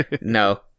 No